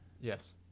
Yes